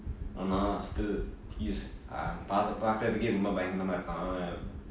he is அவன் பா~ பாக்குரத்தக்கே ரொம்ப பயமா இருப்பான் அவன்:avan paa~ paakrathukke romba bayamaa irupaan avan